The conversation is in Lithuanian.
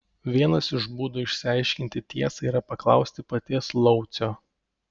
vienas iš būdų išsiaiškinti tiesą yra paklausti paties laucio